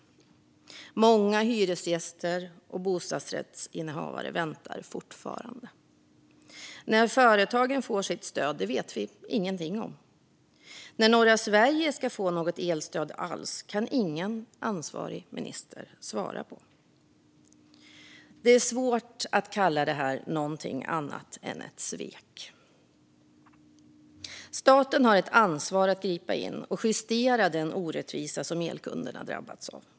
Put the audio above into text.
Många hyresgäster och bostadsrättsinnehavare väntar fortfarande. När företagen får sitt stöd vet vi inte alls. Om norra Sverige ska få något elstöd alls kan ingen ansvarig minister svara på. Det är svårt att kalla detta för något annat än ett svek. Staten har ett ansvar att gripa in och justera den orättvisa som elkunderna har drabbats av.